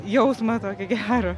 jausmą tokį gerą